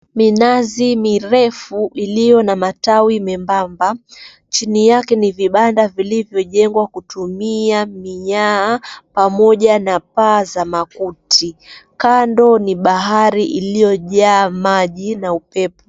Minazi mirefu iliyo na matawi membamba, chini yake ni vibanda vilivyo jengwa kutumia minyaa pamoja na paa za makuti kando ni bahari iliyojaa maji na upepo.